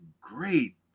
great